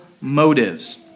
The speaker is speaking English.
motives